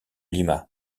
lima